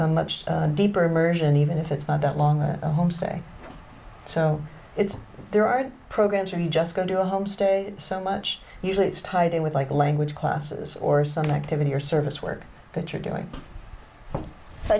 a much deeper immersion even if it's not that long a home stay so it's there are programs for you just going to a homestead so much usually it's tied in with like language classes or some activity or service work that you're doing so